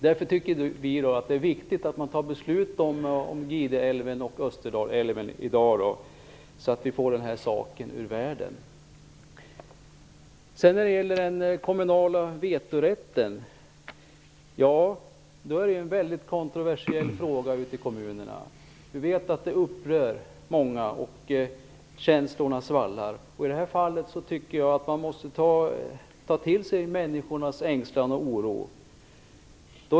Därför tycker vi att det är viktigt att fatta beslut om Gideälven och Österdalälven i dag, så att vi får den här saken ur världen. Den kommunala vetorätten är en mycket kontroversiell fråga ute i kommunerna. Vi vet att den upprör många. Känslorna svallar. I det här fallet tycker jag att man måste ta till sig människornas ängslan och oro.